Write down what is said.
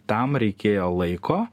tam reikėjo laiko